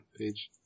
page